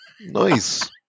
nice